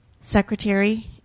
Secretary